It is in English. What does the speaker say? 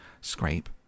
scrape